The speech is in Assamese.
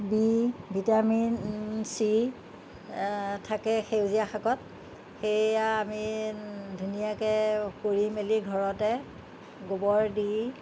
বি ভিটামিন চি থাকে সেউজীয়া শাকত সেয়া আমি ধুনীয়াকৈ কৰি মেলি ঘৰতে গোবৰ দি